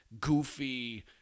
goofy